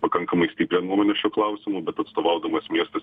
pakankamai stiprią nuomonę šiuo klausimu bet atstovaudamas miestas